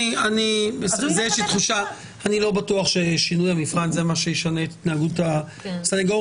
אני לא בטוח ששינוי המבחן זה מה שישנה את התנהגות הסנגורים,